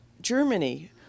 Germany